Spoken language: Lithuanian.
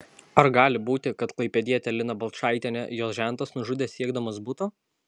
ar gali būti kad klaipėdietę liną balčaitienę jos žentas nužudė siekdamas buto